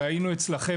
הרי היינו אצלכם.